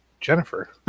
Jennifer